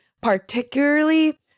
particularly